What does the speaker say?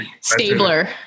Stabler